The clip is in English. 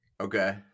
Okay